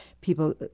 People